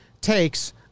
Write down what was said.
takes